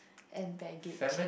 and baggage